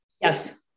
Yes